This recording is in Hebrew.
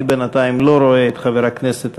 אני בינתיים לא רואה את חבר הכנסת השואל,